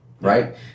right